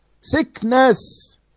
Sickness